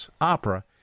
Opera